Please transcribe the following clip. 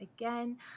again